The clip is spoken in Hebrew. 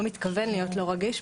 לא מתכוון להיות לא רגיש.